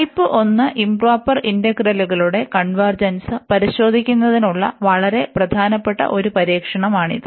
type 1 improper ഇന്റഗ്രലുകളുടെ convergence പരിശോധിക്കുന്നതിനുള്ള വളരെ പ്രധാനപ്പെട്ട ഒരു പരീക്ഷണമാണിത്